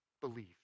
believe